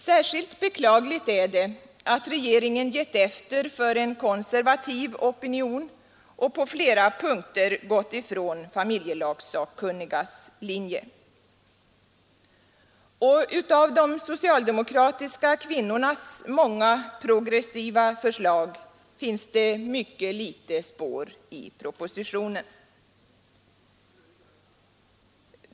Särskilt beklagligt är det att regeringen givit efter för en konservativ opinion och på flera punkter gått ifrån familjelagssakkunnigas linje. Av de socialdemokratiska kvinnornas många progressiva förslag finns det mycket litet spår i propositionen.